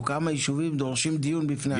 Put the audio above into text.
או כמה יישובים כאלה, דורשים דיון בפני עצמם.